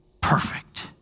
perfect